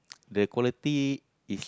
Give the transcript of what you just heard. the quality if